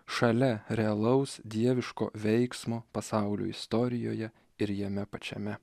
šalia realaus dieviško veiksmo pasaulio istorijoje ir jame pačiame